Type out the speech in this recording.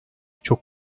çok